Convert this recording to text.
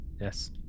yes